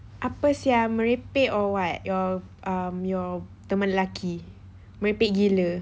apa sia merepek or what your um your teman lelaki